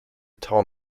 town